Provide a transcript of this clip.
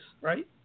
right